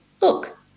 look